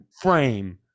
frame